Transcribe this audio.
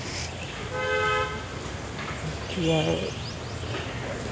ক্ৰীড়াৰ